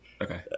Okay